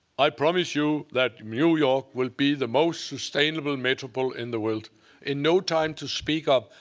i promise you that new york will be the most sustainable metropole in the world in no time to speak of.